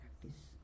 practice